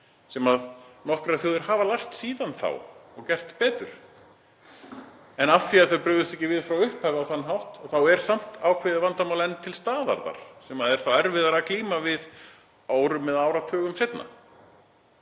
sem nokkrar þjóðir hafa lært síðan þá og gert betur. En af því að þær brugðust ekki við frá upphafi á þann hátt þá er samt ákveðið vandamál enn til staðar sem er þá erfiðara að glíma við árum eða áratugum seinna.